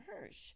Hirsch